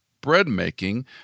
bread-making